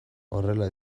horrela